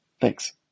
Thanks